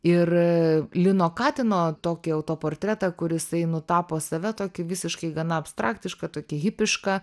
ir lino katino tokį autoportretą kur jisai nutapo save tokį visiškai gana abstraktišką iškart tokį hipišką